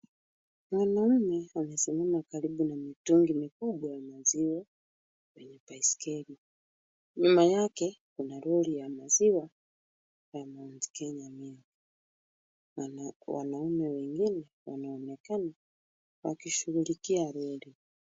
Wanaume wamesimama karibu na mitungi mikubwa ya maziwa kwenye baiskeli. Nyuma yake kuna lori ya maziwa ya Mount Kenya Milk. Wanaume wengine wanaonekana wakishughulikia lori.